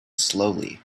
slowly